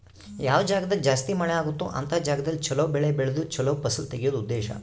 ಯಾವ ಜಾಗ್ದಾಗ ಜಾಸ್ತಿ ಮಳೆ ಅಗುತ್ತೊ ಅಂತ ಜಾಗದಲ್ಲಿ ಚೊಲೊ ಬೆಳೆ ಬೆಳ್ದು ಚೊಲೊ ಫಸಲು ತೆಗಿಯೋದು ಉದ್ದೇಶ